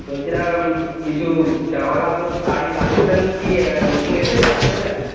বলছিলাম কিছু জামা কাপড় শাড়ি কালেকশান কি নতুন এসেছে আপনাদের কাছে